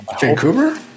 Vancouver